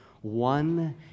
one